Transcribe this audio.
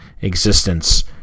existence